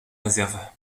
réserve